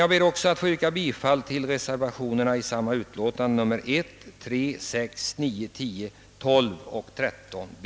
Jag ber också att få yrka bifall till reservationerna nr 1, 3, 6, 9, 10, 12 och 13 b.